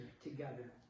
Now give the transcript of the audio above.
together